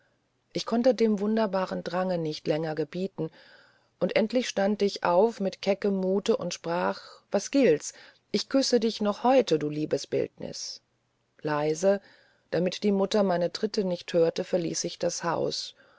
ich konnte dem wunderbaren drange nicht länger gebieten und endlich sprang ich auf mit keckem mute und sprach was gilt's und ich küsse dich noch heute du liebes bildnis leise damit die mutter meine tritte nicht höre verließ ich das haus